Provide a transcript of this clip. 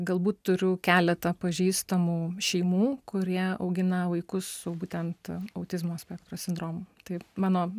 galbūt turiu keletą pažįstamų šeimų kurie augina vaikus su būtent autizmo spektro sindromu tai mano